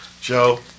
Joe